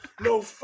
No